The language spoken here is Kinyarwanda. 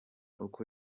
uko